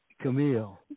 Camille